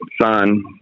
son